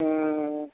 हूँ